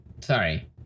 sorry